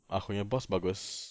aku punya boss bagus